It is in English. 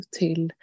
till